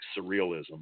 surrealism